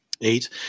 Eight